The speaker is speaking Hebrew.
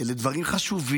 אלה דברים חשובים,